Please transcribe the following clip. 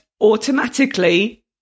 automatically